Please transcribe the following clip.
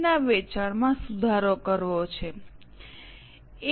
ના વેચાણમાં સુધારો કરવો છે એ